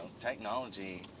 technology